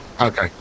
Okay